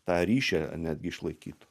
tą ryšį netgi išlaikyt